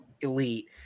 elite